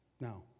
Now